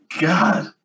God